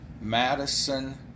Madison